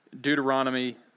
Deuteronomy